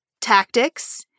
tactics